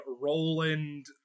Roland